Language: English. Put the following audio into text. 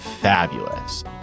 fabulous